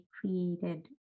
created